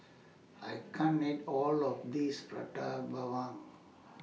I can't eat All of This Prata Bawang